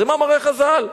זה מאמרי חז"ל.